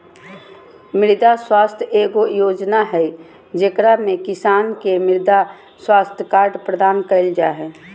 मृदा स्वास्थ्य एगो योजना हइ, जेकरा में किसान के मृदा स्वास्थ्य कार्ड प्रदान कइल जा हइ